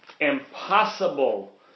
impossible